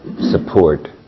support